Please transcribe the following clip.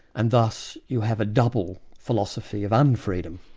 and thus you have a double philosophy of un-freedom.